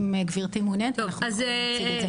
אם גברתי מעוניינת אנחנו נוכל להציג את זה.